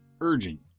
Urgent